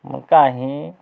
ম কাহি